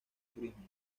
turismo